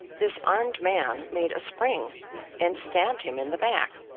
this armed man made a spring and stabbed him in the back.